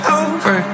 over